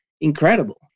incredible